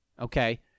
Okay